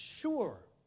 sure